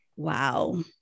Wow